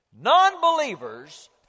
Non-believers